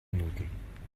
minuten